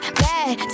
bad